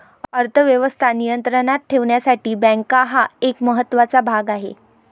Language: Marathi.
अर्थ व्यवस्था नियंत्रणात ठेवण्यासाठी बँका हा एक महत्त्वाचा भाग आहे